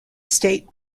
state